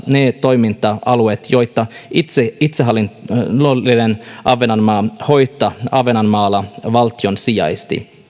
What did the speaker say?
ne toiminta alueet joita itsehallinnollinen ahvenanmaa hoitaa ahvenanmaalla valtion sijasta